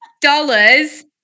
dollars